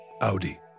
Audi